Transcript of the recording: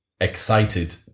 excited